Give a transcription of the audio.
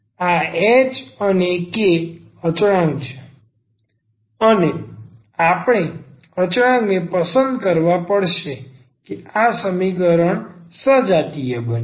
આ h અને k અચળાંક છે અને આપણે અચળાંક ને પસંદ કરવા પડશે કે આ સમીકરણ સજાતીય બને છે